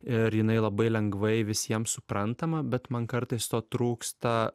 ir jinai labai lengvai visiems suprantama bet man kartais to trūksta